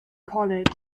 college